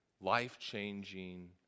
life-changing